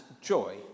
joy